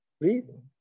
breathing